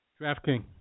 DraftKings